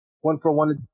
One-for-one